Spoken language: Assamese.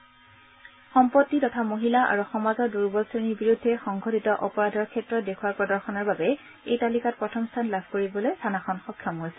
থানাখনে সম্পত্তি তথা মহিলা আৰু সমাজৰ দুৰ্বল শ্ৰেণীৰ বিৰুদ্ধে সংঘটিত অপৰাধৰ ক্ষেত্ৰত দেখুওৱা প্ৰদৰ্শনৰ বাবে থানাখনে এই তালিকাত প্ৰথম স্থান লাভ কৰিবলৈ সক্ষম হৈছে